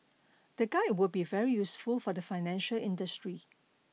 the guide would be very useful for the financial industry